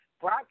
Brock